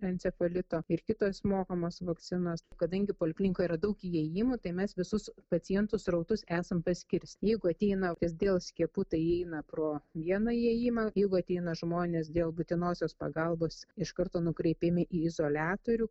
encefalito ir kitos mokamos vakcinos kadangi poliklinikoj yra daug įėjimų tai mes visus pacientų srautus esam paskirs jeigu ateina kas dėl skiepų tai įeina pro vieną įėjimą jeigu ateina žmonės dėl būtinosios pagalbos iš karto nukreipiami į izoliatorių